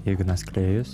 ignas klėjus